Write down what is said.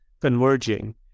converging